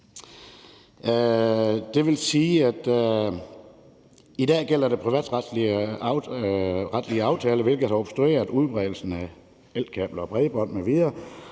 som muligt. I dag gælder der privatretlige aftaler, hvilket obstruerer udbredelsen af elkabler og bredbånd m.v.,